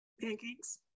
Pancakes